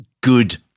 good